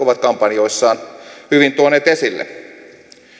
ovat kampanjoissaan hyvin tuoneet esille